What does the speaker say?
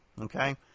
okay